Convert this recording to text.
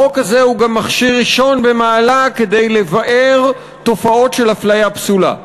החוק הזה הוא גם מכשיר ראשון במעלה כדי לבער תופעות של הפליה פסולה.